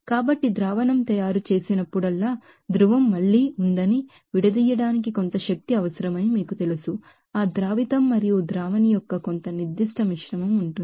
కాబట్టి ಸೊಲ್ವೆನ್ಟ್ తయారు చేసినప్పుడల్లా పోలార్ మళ్లీ ఉందని విడదీయడానికి కొంత శక్తి అవసరం అని మీకు తెలుసు ఆ ಸೊಲ್ವೆನ್ಟ್ మరియు ಸೋಲೂಟ್ యొక్క కొంత నిర్దిష్ట మిశ్రమం ఉంటుంది